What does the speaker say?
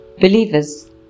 Believers